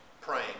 praying